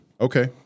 Okay